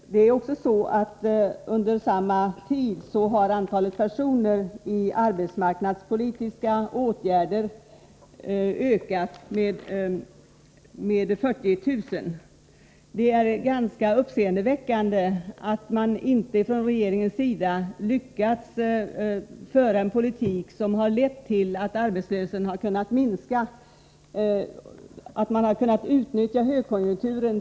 Under denna tid har antalet personer sysselsatta med hjälp av arbetsmarknadspolitiska åtgärder ökat med 40 000. Det är ganska uppseendeväckande att man inte från regeringens sida har lyckats föra en politik som har lett till att arbetslösheten har kunnat minska, att man inte har kunnat utnyttja högkonjunkturen.